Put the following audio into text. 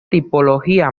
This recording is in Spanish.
tipología